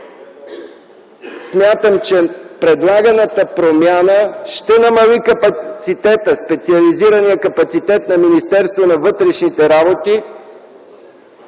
ситуация предлаганата промяна ще намали специализирания капацитет на Министерството на вътрешните работи